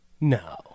No